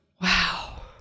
wow